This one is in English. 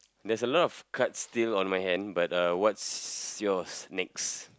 there's a lot of cuts still on my hand but uh what's yours next